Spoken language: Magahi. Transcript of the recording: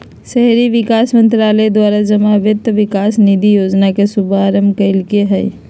शहरी विकास मंत्रालय द्वारा जमा वित्त विकास निधि योजना के शुरुआत कल्कैय हइ